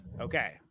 okay